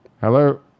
Hello